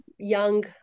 young